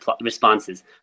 responses